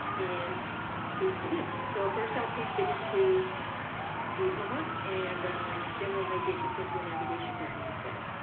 and paste it in. so first i'll paste it into the homework, and then we'll make it just into a navigation button instead.